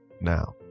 Now